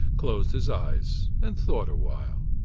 closed his eyes, and thought a while.